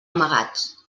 amagats